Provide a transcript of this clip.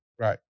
right